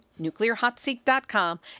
NuclearHotSeat.com